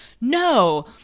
No